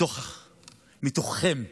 מתוככם,